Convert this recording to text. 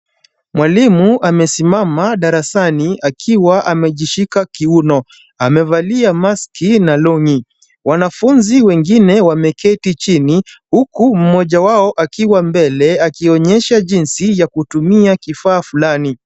Mwalimu amesimama darasani akiwa amejishika kiuno. Amevalia maski na longi . Wanafunzi wengine wameketi chini huku mmoja wao akiwa mbele akionyesha jinsi ya kutumia kifaa flani.